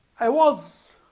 i was